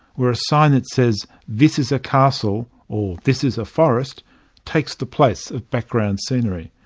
where a sign that says this is a castle or this is a forest takes the place of background scenery.